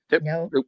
No